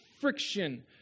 friction